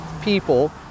people